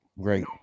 Great